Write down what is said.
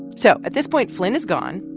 so at this point, flynn is gone.